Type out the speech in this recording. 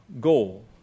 goal